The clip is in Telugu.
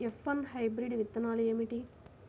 ఎఫ్ వన్ హైబ్రిడ్ విత్తనాలు ఏమిటి?